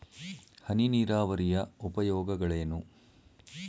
ಹನಿ ನೀರಾವರಿಯ ಉಪಯೋಗಗಳೇನು?